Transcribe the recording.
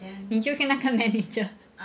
你就是那个 manager